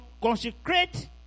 consecrate